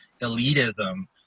elitism